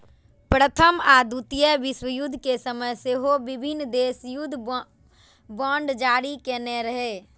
प्रथम आ द्वितीय विश्वयुद्ध के समय सेहो विभिन्न देश युद्ध बांड जारी केने रहै